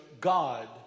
God